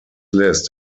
list